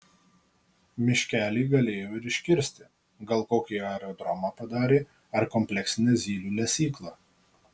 miškelį galėjo ir iškirsti gal kokį aerodromą padarė ar kompleksinę zylių lesyklą